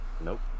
Nope